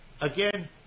Again